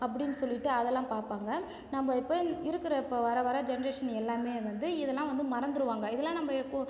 அப்படின்னு சொல்லிவிட்டு அதெல்லாம் பார்ப்பாங்க நம்ம இப்போ இருக்குற இப்போ வர வர ஜென்ரேஷன் எல்லாமே வந்து இதெல்லாம் வந்து மறந்துவிடுவாங்க இதெல்லாம் நம்ம எப்போ